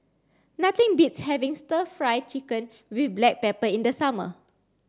nothing beats having stir fry chicken with black pepper in the summer